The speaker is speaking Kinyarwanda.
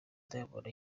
diamond